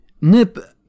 Nip